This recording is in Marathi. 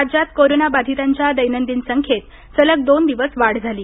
राज्यात कोरोनाबाधितांच्या दैनंदिन संख्येत सलग दोन दिवस वाढ झाली